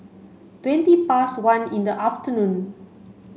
twenty past one in the afternoon